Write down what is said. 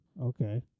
Okay